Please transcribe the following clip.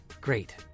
Great